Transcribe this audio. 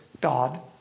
God